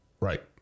Right